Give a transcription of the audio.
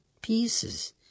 pieces